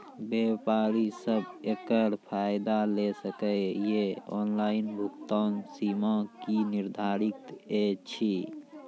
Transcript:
व्यापारी सब एकरऽ फायदा ले सकै ये? ऑनलाइन भुगतानक सीमा की निर्धारित ऐछि?